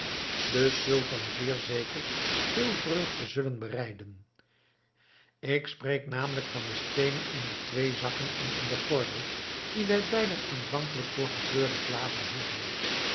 den sultan zeer zeker veel vreugde zullen bereiden ik spreek namelijk van de steenen in de twee zakken en in den gordel die wij beiden aanvankelijk voor gekleurde glazen hielden